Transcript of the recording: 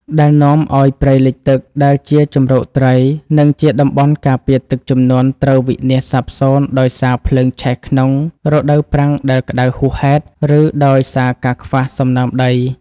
ដែលនាំឱ្យព្រៃលិចទឹកដែលជាជម្រកត្រី និងជាតំបន់ការពារទឹកជំនន់ត្រូវវិនាសសាបសូន្យដោយសារភ្លើងឆេះក្នុងរដូវប្រាំងដែលក្តៅហួសហេតុ ឬដោយសារការខ្វះសំណើមដី។